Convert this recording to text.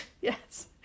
Yes